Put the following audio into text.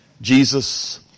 Jesus